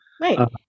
Right